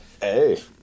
Hey